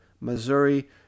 Missouri